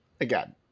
again